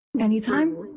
Anytime